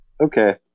Okay